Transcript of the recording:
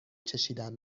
چشیدن